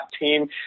team